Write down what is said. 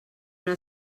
una